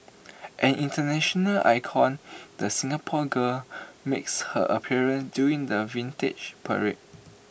an International icon the Singapore girl makes her appearance during the Vintage Parade